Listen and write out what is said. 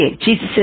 Jesus